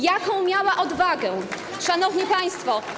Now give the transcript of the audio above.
Jaką miała odwagę... Szanowni Państwo!